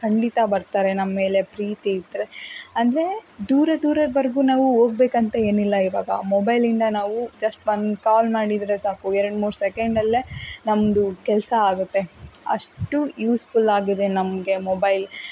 ಖಂಡಿತ ಬರ್ತಾರೆ ನಮ್ಮ ಮೇಲೆ ಪ್ರೀತಿ ಇದ್ದರೆ ಅಂದರೆ ದೂರ ದೂರದವರೆಗೂ ನಾವು ಹೋಗಬೇಕಂತ ಏನಿಲ್ಲ ಈವಾಗ ಮೊಬೈಲಿಂದ ನಾವು ಜಸ್ಟ್ ಒಂದು ಕಾಲ್ ಮಾಡಿದರೆ ಸಾಕು ಎರಡು ಮೂರು ಸೆಕೆಂಡಲ್ಲೇ ನಮ್ಮದು ಕೆಲಸ ಆಗತ್ತೆ ಅಷ್ಟು ಯೂಸ್ಫುಲ್ ಆಗಿದೆ ನಮಗೆ ಮೊಬೈಲ್